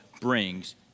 brings